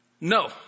No